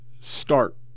start